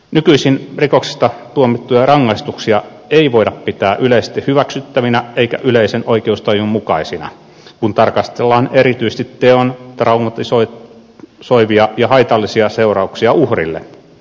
nykyisin rikoksista tuomittuja rangaistuksia ei voida pitää yleisesti hyväksyttävinä eikä yleisen oikeustajun mukaisina kun tarkastellaan erityisesti teon traumatisoivia ja haitallisia seurauksia uhrille